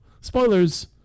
spoilers